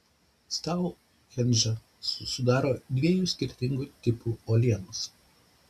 stounhendžą sudaro dviejų skirtingų tipų uolienos